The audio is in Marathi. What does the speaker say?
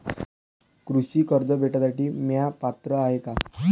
कृषी कर्ज भेटासाठी म्या पात्र हाय का?